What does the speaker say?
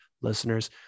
Listeners